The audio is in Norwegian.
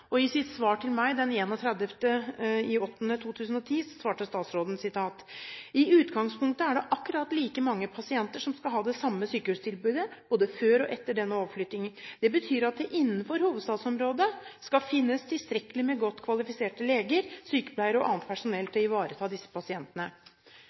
opptaksområde. I sitt svar til meg 31. august sier statsråden: «I utgangspunktet er det akkurat like mange pasienter som skal ha det samme sykehustilbudet både før og etter denne overflyttingen. Det betyr at det innenfor hovedstadsområdet skal finnes tilstrekkelig med godt kvalifiserte leger, sykepleiere og annet personell